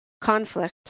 conflict